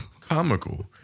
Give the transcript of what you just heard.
Comical